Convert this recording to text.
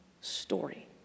story